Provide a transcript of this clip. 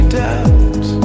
doubt